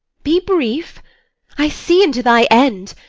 be brief i see into thy end,